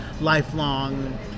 lifelong